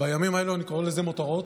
בימים האלה אני קורא לזה מותרות,